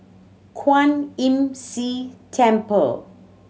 Kwan Imm See Temple